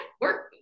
work